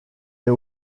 est